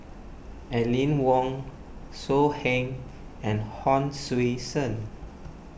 Aline Wong So Heng and Hon Sui Sen